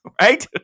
right